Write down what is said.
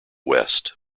west